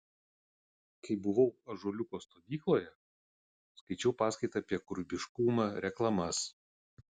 kai buvau ąžuoliuko stovykloje skaičiau paskaitą apie kūrybiškumą reklamas